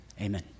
amen